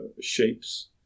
shapes